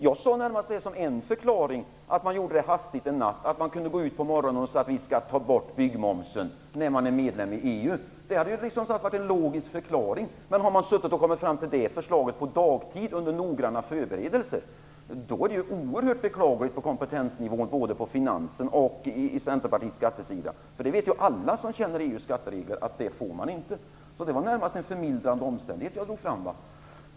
Jag såg det närmast som en förklaring att beslutet fattades hastigt en natt, att det var av den anledningen som man, som medlem i EU, på morgonen kunde gå ut och säga att byggmomsen skulle tas bort. Det hade varit en logisk förklaring. Men har man kommit fram till förslaget på dagtid, under noggranna förberedelser, då är komptensnivån beklagligt låg både på finansen och bland Centerpartiets skattepolitiker. Alla som känner till EU:s skatteregler vet ju att detta inte är möjligt. Så det var närmast en förmildrande omständighet jag lyfte fram.